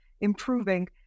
improving